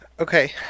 Okay